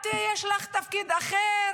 את, יש לך תפקיד אחר.